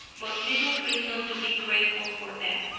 but little reason to be grateful for them,